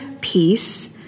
peace